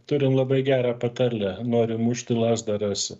turim labai gerą patarlę nori mušti lazdą rasi